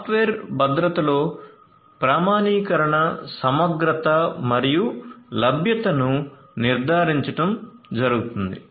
software భద్రతలో ప్రామాణీకరణ సమగ్రత మరియు లభ్యతను నిర్ధారించడం జరుగుతుంది